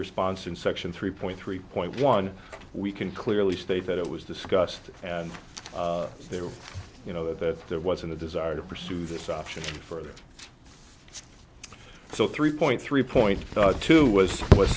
response in section three point three point one we can clearly state that it was discussed and there were you know that there wasn't a desire to pursue this option further so three point three point two was